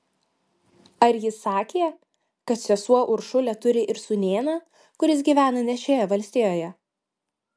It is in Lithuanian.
ar ji sakė kad sesuo uršulė turi ir sūnėną kuris gyvena ne šioje valstijoje